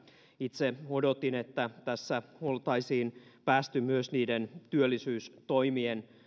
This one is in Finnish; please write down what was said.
itse odotin että tässä oltaisiin päästy myös niiden työllisyystoimien